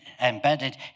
embedded